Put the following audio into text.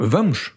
Vamos